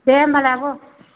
दे होनबालाय आब'